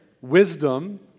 wisdom